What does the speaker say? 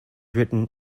written